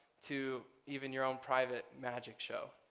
to even your own private magic show.